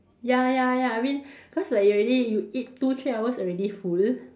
ya ya ya I mean cause like you already you eat two three hours already full